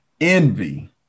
envy